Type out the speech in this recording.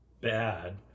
bad